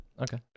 Okay